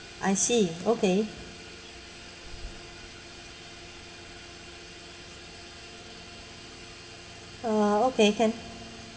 I see okay ah okay can